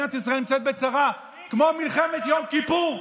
כשמדינת ישראל נמצאת בצרה כמו מלחמת יום כיפור,